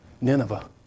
Nineveh